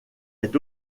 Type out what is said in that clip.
est